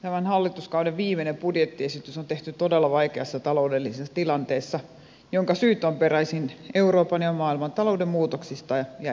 tämän hallituskauden viimeinen budjettiesitys on tehty todella vaikeassa taloudellisessa tilanteessa jonka syyt ovat peräisin euroopan ja maailman talouden muutoksista ja epävarmuudesta